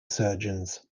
surgeons